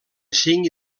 cinc